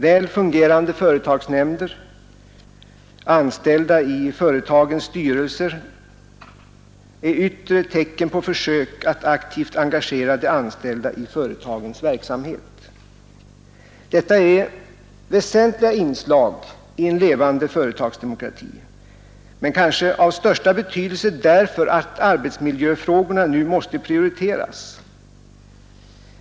Väl fungerande företagsnämnder, anställda i företagens styrelser är yttre tecken på försök att aktivt engagera de anställda i företagens verksamhet. Detta är väsentliga inslag i en levande företagsdemokrati, men kanske av största betydelse därför att arbetsmiljöfrågorna nu måste prioriteras.